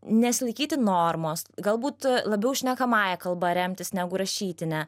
nesilaikyti normos galbūt labiau šnekamąja kalba remtis negu rašytine